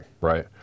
right